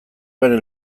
bere